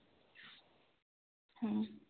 ᱦᱩᱸ